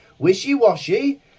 Wishy-Washy